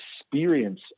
experience